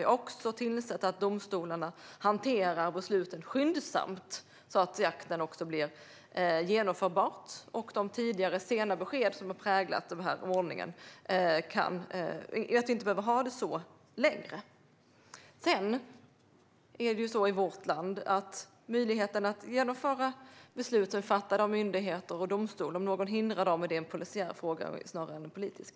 Vi har också tillsett att domstolarna hanterar besluten skyndsamt så att jakten blir genomförbar. Vi behöver inte längre se de sena besked som tidigare präglat ordningen. Om någon i vårt land hindrar genomförandet av beslut som är fattade av myndigheter och domstol är det en polisiär fråga snarare än en politisk.